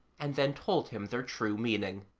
and then told him their true meaning.